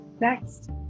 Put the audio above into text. Next